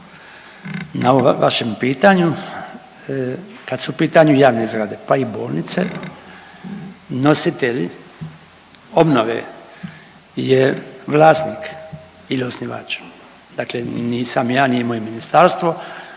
na vašem pitanju. Kad su u pitanju javne zgrade, pa i bolnice nositelj obnove je vlasnik ili osnivač, dakle nisam ja, nije moje ministarstvo,